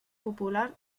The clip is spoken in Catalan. popular